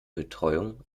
betreuung